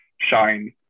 shine